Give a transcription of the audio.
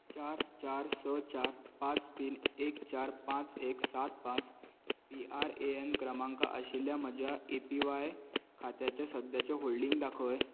चार चार स चार पांच तीन एक चार पांच एक सात पांच पी आर ए एन क्रमांक आशिल्ल्या म्हज्या ए पी वाय खात्याचे सद्याचे होल्डिंग्स दाखय